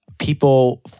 people